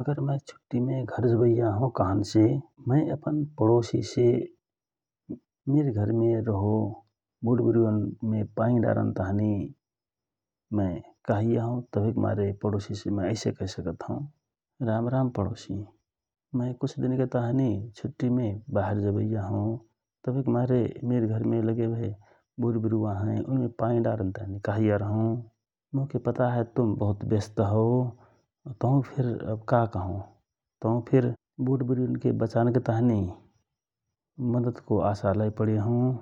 अगर मय छुटीमे घर जवैया हौ कहेसे मिर घरमे रहो बोटविरूवनमे पानी डारन ताँहि मय कहैया हौ तवहिक मारे पडोसि से मय ऐसे कहि सकत हौ । राम राम पडोसि मय कुछ दिन के ताँहि छुटि मे बाहेर जवैया हौ । तवहिक मारे मिर घरमे लगे बोटविरूवा हए पानी डारन कहैया रहँओ मोके पता हए तुम बहुत व्यस्त हौ । तहु फिर अब का करौ तहु फिर बोट विरूवानके बचान के ताँहि मद्दतको आशा लैपडे हौ ।